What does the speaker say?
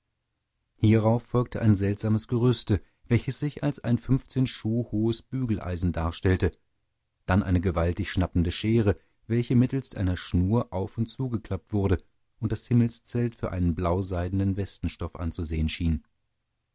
hierauf folgte ein seltsames gerüste welches sich als ein fünfzehn schuh hohes bügeleisen darstellte dann eine gewaltig schnappende schere welche mittels einer schnur auf und zugeklappt wurde und das himmelszelt für einen blauseidenen westenstoff anzusehen schien